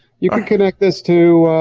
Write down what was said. you can connect this to